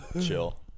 Chill